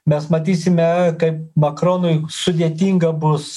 mes matysime kaip makronui sudėtinga bus